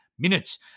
Minutes